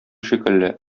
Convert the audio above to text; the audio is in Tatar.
шикелле